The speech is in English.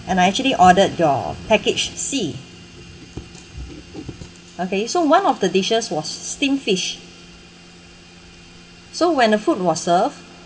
and I actually ordered your package c okay so one of the dishes was steamed fish so when the food was served